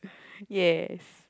yes